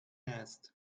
haste